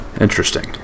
Interesting